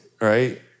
right